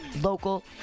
local